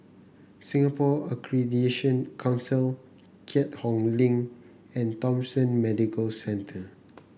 Singapore Accreditation Council Keat Hong Link and Thomson Medical Center